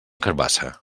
carabassa